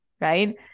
Right